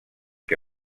que